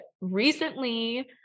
recently